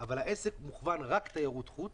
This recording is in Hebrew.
אבל העסק מוכוון רק תיירות חוץ.